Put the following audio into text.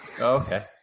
Okay